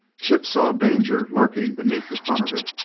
chip saw danger lurking beneath the fun of it.